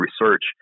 research